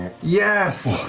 yes!